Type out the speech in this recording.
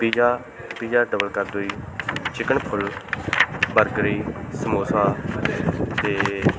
pizza pizza double ਕਰ ਦਿਓ ਜੀ ਚਿਕਨ ਫੁੱਲ ਬਰਗਰ ਜੀ ਸਮੋਸਾ ਅਤੇ